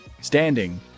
Standing